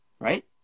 Right